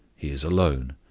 he is alone.